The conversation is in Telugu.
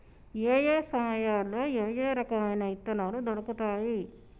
ఏయే సమయాల్లో ఏయే రకమైన విత్తనాలు దొరుకుతాయి?